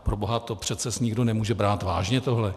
Proboha, to přece snad nikdo nemůže brát vážně tohle?